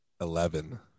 Eleven